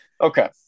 Okay